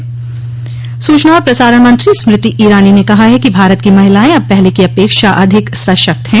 सम्बोधन सूचना और प्रसारण मंत्री स्मृति ईरानी ने कहा है कि भारत की महिलाएं अब पहले की अपेक्षा अधिक सशक्त हैं